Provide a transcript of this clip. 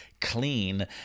clean